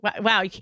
wow